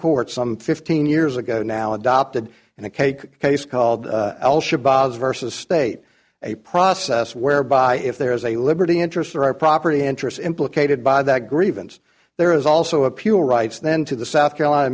court some fifteen years ago now adopted in a cake case called versus state a process whereby if there is a liberty interest there are property interests implicated by that grievance there is also a pure rights then to the south carolina